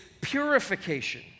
purification